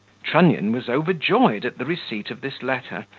trunnion was overjoyed at the receipt of this letter,